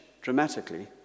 dramatically